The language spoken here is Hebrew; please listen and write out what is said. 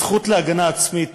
הזכות להגנה עצמית